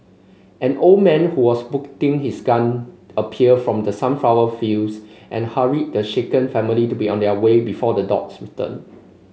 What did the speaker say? an old man who was putting his gun appeared from the sunflower fields and hurried the shaken family to be on their way before the dogs return